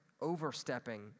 overstepping